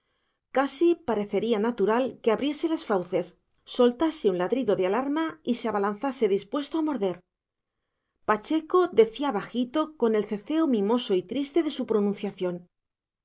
casi parecería natural que abriese las fauces soltase un ladrido ele alarma y se abalanzase dispuesto a morder pacheco decía bajito con el ceceo mimoso y triste de su pronunciación